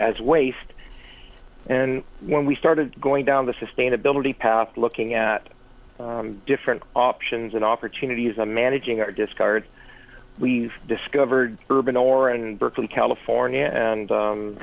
as waste and when we started going down the sustainability path looking at different options and opportunities are managing our discards we've discovered urban or and berkeley california and